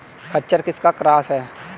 खच्चर किसका क्रास है?